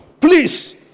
please